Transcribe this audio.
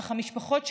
אך המשפחות שלהם,